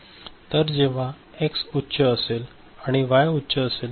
तर जेव्हा एक्स उच्च असेल आणि वाय उच्च असेल